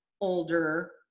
older